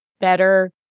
better